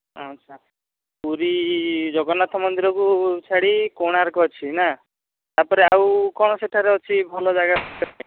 ଆଚ୍ଛା ପୁରୀ ଜଗନ୍ନାଥ ମନ୍ଦିରକୁ ଛାଡ଼ି କୋଣାର୍କ ଅଛି ନା ତା'ପରେ ଆଉ କ'ଣ ସେଠାରେ ଅଛି ଭଲ ଜାଗା